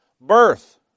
birth